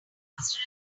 faster